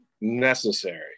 necessary